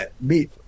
meat